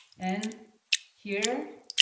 and here